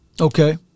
Okay